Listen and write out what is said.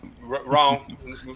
Wrong